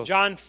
John